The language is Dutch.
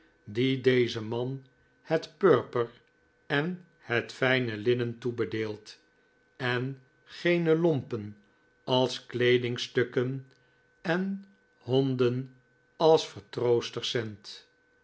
die dezen man het purper en het fljne linnen toebedeelt en genen lompen als kleedingstukken en honden als vertroosters zendt